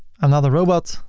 another robot.